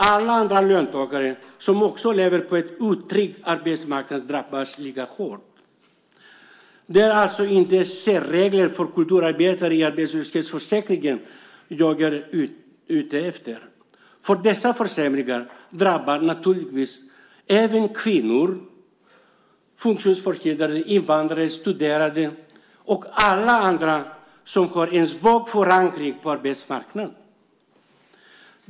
Alla andra löntagare som lever på en otrygg arbetsmarknad drabbas lika hårt. Det är alltså inte särregler för kulturarbetare i arbetslöshetsförsäkringen jag är ute efter. För dessa försämringar drabbar naturligtvis även kvinnor, funktionshindrade, invandrare, studerande och alla andra som har en svag förankring på arbetsmarknaden.